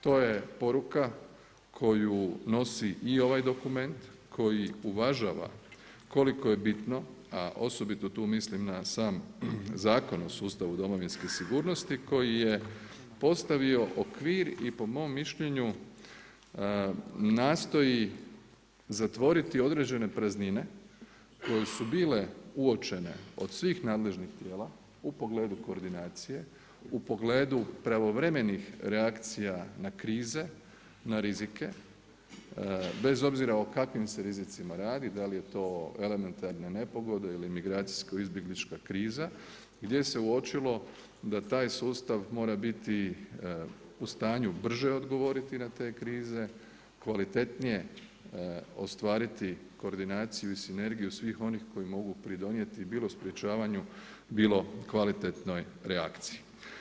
To je poruka koju nosi i ovaj dokument koji uvažava koliko je bitno, a osobito tu mislim na sam Zakon o sustavu domovinske sigurnosti, koji je postavio okvir i po mom mišljenju, nastoji zatvoriti određene praznine koje su bile uočene od svih nadležnih tijela u pogledu koordinacije, u pogledu pravovremenih reakcija na krize, na rizike bez obzira o kakvim se rizicima radi, da li je to elementarna nepogoda ili migracijsko-izbjeglička kriza, gdje se uočilo da taj sustav mora biti u stanju brže odgovoriti na te krize, kvalitetnije ostvariti koordinaciju i sinergiju svih onih koji mogu pridonijeti bilo sprečavanju bilo kvalitetnoj reakciji.